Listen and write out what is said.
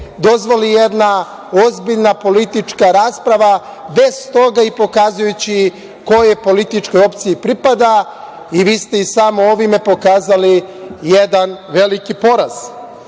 dozvoli jedna ozbiljna politika rasprava bez toga i pokazujući kojoj političkoj opciji pripada i vi ste samo ovim pokazali jedan veliki poraz. Sa